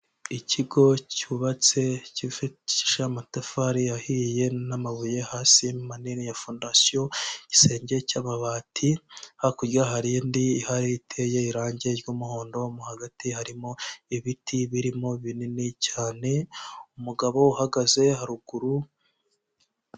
Ikigo cyubatse cyubakishije amatafari ahiye n'amabuye hasi manini ya fondasioyo, igisenge cy'amabati, hakurya hari indi ihari iteye irangi ry'umuhondo, mo mu hagati harimo ibiti birimo binini cyane, umugabo uhagaze haruguru.